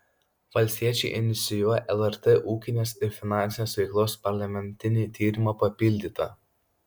valstiečiai inicijuoja lrt ūkinės ir finansinės veiklos parlamentinį tyrimą papildyta